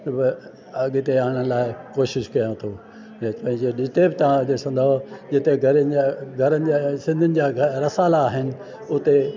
उहो अॻिते आणण लाइ कोशिशि कयां तो पंहिंजे देवता खे ॾिसंदो जिते घरनि जा घरनि जा सिंधियुनि जा रसाला आहिनि उते